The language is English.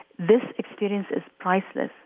this experience is priceless,